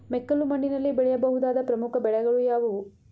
ಮೆಕ್ಕಲು ಮಣ್ಣಿನಲ್ಲಿ ಬೆಳೆಯ ಬಹುದಾದ ಪ್ರಮುಖ ಬೆಳೆಗಳು ಯಾವುವು?